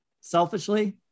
selfishly